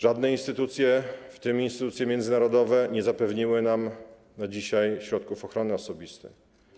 Żadne instytucje, w tym instytucje międzynarodowe, nie zapewniły nam na dzisiaj środków ochrony osobistej.